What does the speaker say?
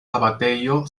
abatejo